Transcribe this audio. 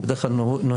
בדרך כלל נוהג,